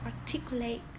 articulate